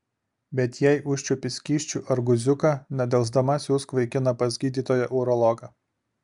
bet jei užčiuopi skysčių ar guziuką nedelsdama siųsk vaikiną pas gydytoją urologą